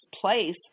place